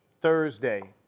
Thursday